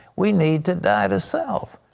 we need to die to self.